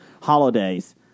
holidays